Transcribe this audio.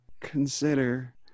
consider